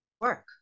work